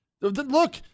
Look